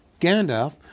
Gandalf